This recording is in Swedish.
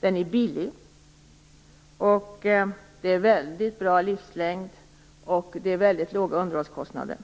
Den är billig, den har väldigt god livslängd och den har mycket låga underhållskostnader.